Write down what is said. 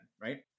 right